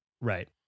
Right